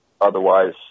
Otherwise